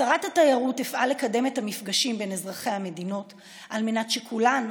כשרת התיירות אפעל לקדם את המפגשים בין אזרחי המדינות על מנת שכולנו